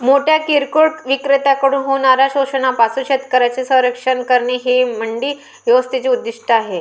मोठ्या किरकोळ विक्रेत्यांकडून होणाऱ्या शोषणापासून शेतकऱ्यांचे संरक्षण करणे हे मंडी व्यवस्थेचे उद्दिष्ट आहे